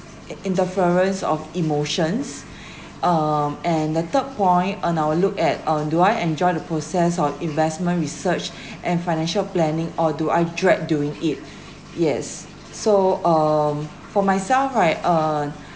interference of emotions um and the third point and I will look at or do I enjoy the process of investment research and financial planning or do I dread doing it yes so um for myself right uh